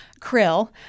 krill